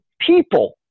people